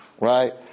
right